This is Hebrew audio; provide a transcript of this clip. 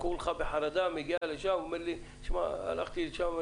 כולך בחרדה אומרים לי: הלכתי לשם,